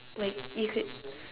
like you could